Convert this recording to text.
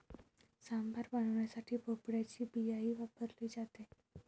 सांबार बनवण्यासाठी भोपळ्याची बियाही वापरली जाते